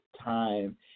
time